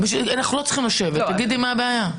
אנחנו לא צריכים לשבת, תגידי מה הבעיה.